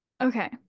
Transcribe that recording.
Okay